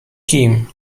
kim